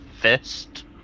fist